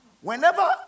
Whenever